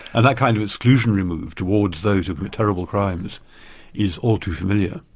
and that kind of exclusionary move towards those who commit terrible crimes is all too familiar.